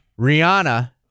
Rihanna